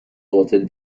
قاتل